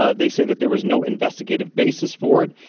ah they say that there was no investigative basis for it.